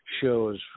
shows